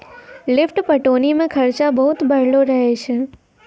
lift पटौनी मे खरचा बहुत बढ़लो रहै छै